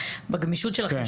בגמישות שלכם,